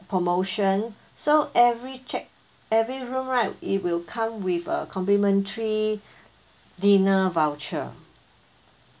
promotion so every check every room right it will come with a complimentary dinner voucher